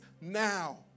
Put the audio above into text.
now